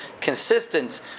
consistent